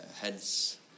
heads